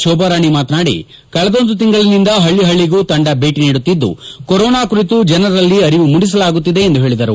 ಶೋಭಾರಾಣಿ ಮಾತನಾದಿ ಕಳೆದೊಂದು ತಿಂಗಳಿನಿಂದ ಹಳ್ಳಿ ಹಳ್ಳಿಗೂ ತೆಂಡ ಭೇಟಿ ನೀಡುತ್ತಿದ್ದು ಕೊರೋನಾ ಕುರಿತು ಜನರಲ್ಲಿ ಅರಿವು ಮೂಡಿಸಲಾಗುತ್ತಿದೆ ಎಂದು ಹೇಳಿದರು